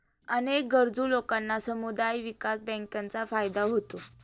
अनेक गरजू लोकांना समुदाय विकास बँकांचा फायदा होतो